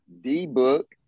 D-Book